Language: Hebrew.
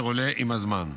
אשר עולה עם הזמן.